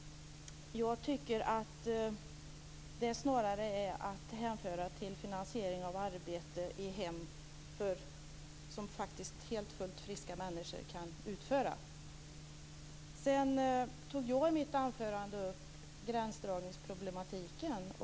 Jag tycker att det snarare är att hänföra till finansiering av arbete i hemmet som faktiskt fullt friska människor kan utföra. Jag tog i mitt anförande upp gränsdragningsproblematiken.